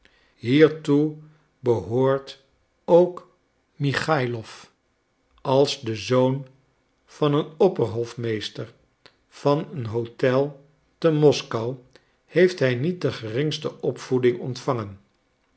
hiertoe behoort ook michailof als de zoon van een opperhofmeester van een hotel te moskou heeft hij niet de geringste opvoeding ontvangen